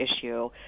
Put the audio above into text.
issue